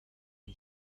and